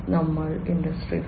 ഞങ്ങൾ ഇൻഡസ്ട്രി 4